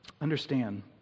Understand